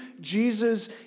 Jesus